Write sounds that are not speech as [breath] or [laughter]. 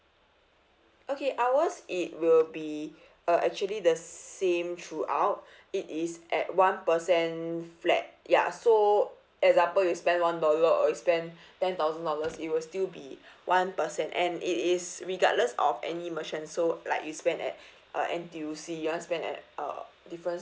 okay ours it will be [breath] uh actually the same throughout [breath] it is at one percent flat ya so example you spend one dollar or you spend [breath] ten thousand dollars it will still be [breath] one percent and it is regardless of any merchant so like you spend at [breath] uh N_T_U_C you don't spend at a different